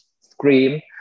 Scream